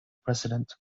precedent